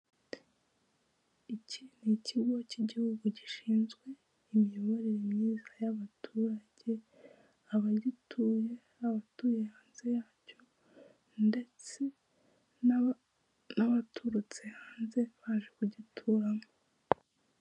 Iki ni ikigo k'igihugu gishinzwe imiyoborere myiza y'abaturage abagituye, abatuye hanze yacyo ndetse n'abaturutse hanze baje kugituramo.